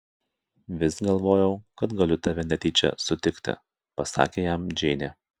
vis galvojau kad galiu tave netyčia sutikti pasakė jam džeinė